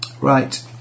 right